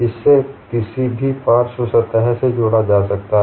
इससे किसी भी पार्श्व सतह से जोड़ा जा सकता है